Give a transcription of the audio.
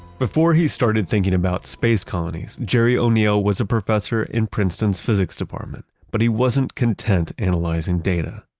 before he started thinking about space colonies, gerry o'neill was a professor in princeton's physics department, but he wasn't content analyzing data.